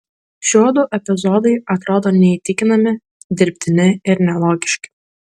šiuodu epizodai atrodo neįtikinami dirbtini ir nelogiški